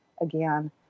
again